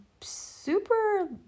super